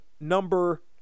number